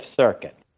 Circuit